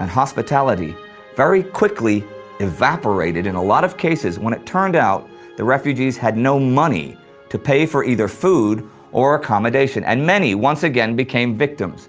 and hospitality very quickly evaporated in a lot of cases when it turned out the refugees had no money to pay for either food or accommodation, and many once again became victims.